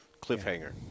cliffhanger